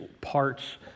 parts